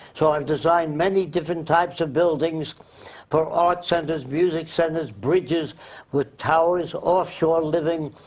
so i've designed many different types of buildings for art centers, music centers, bridges with towers, offshore living.